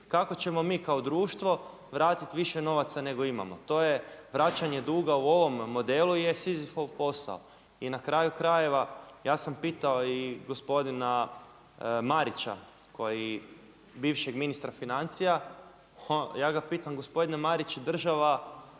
kako ćemo mi kao društvo vratiti više novaca nego imamo? To je vraćanje duga u ovom modelu Sizifov posao. I na kraju krajeva ja sam pitao i gospodina Marića, bivšeg ministra financija, ja ga pitam gospodine Mariću država